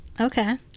okay